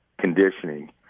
conditioning